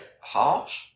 harsh